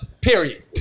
Period